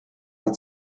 hat